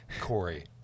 Corey